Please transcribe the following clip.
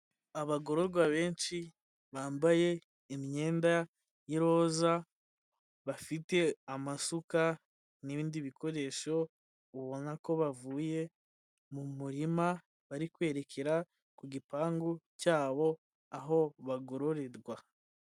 Abagororwa benshi bambaye imyenda y'iroza bafite amasuka n'ibindi bikoresho, ubona ko bavuye mu murima bari kwerekera ku gipangu cyabo aho bagororerwa.